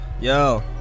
Yo